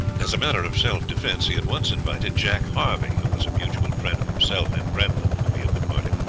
as a matter of self defense he at once invited jack harvey, who was a mutual friend of himself and grantham, to be of the party.